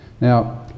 Now